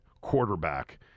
quarterback